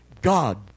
God